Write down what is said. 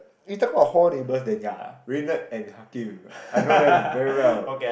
you talking about hall neighbours then ya Raned and Hakim I know them very well